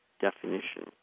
definition